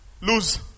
lose